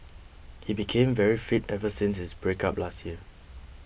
he became very fit ever since his breakup last year